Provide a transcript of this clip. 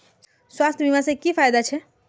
स्वास्थ्य बीमा से की की फायदा छे?